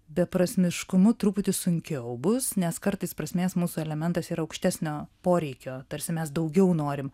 beprasmiškumu truputį sunkiau bus nes kartais prasmės mūsų elementas yra aukštesnio poreikio tarsi mes daugiau norim